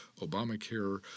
Obamacare